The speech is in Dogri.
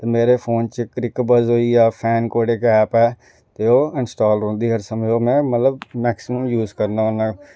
ते मेरे फोन च क्रिकबज़ होइया फैन कोड इक ऐप ऐ इंसटाल रौंह्दी हर समें में मतलब मैक्सिमम यूज करना होना